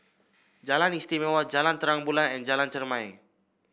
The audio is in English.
Jalan Istimewa Jalan Terang Bulan and Jalan Chermai